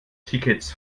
tickets